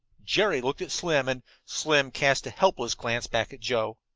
jerry looked at slim, and slim cast a helpless glance back at joe.